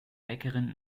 bäckerin